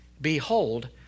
behold